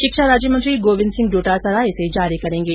शिक्षा राज्यमंत्री गोविन्द सिंह डोटासरा इसे जारी करेंगे